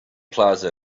plaza